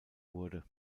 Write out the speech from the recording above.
wurde